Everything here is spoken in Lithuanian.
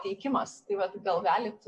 teikimas tai vat gal galit